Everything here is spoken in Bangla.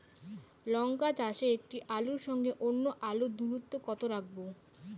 লঙ্কা চাষে একটি আলুর সঙ্গে অন্য আলুর দূরত্ব কত রাখবো?